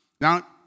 Now